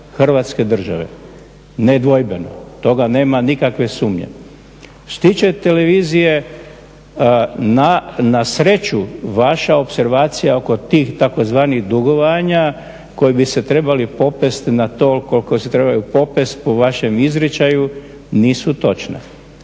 hrvatske države, nedvojbeno. Toga nema nikakve sumnje. Što se tiče televizije na sreću vaša opservacija oko tih takozvanih dugovanja koji bi se trebali popest na tolko, koje se trebaju popest po vašem izričaju nisu točna.